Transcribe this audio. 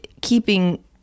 keeping